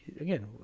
Again